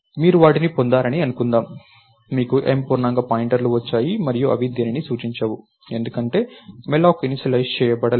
మీరు వాటిని పొందారని అనుకుందాం మీకు M పూర్ణాంక పాయింటర్లు వచ్చాయి మరియు అవి దేనినీ సూచించవు ఎందుకంటే malloc ఇనీషలైజ్ చేయబడలేదు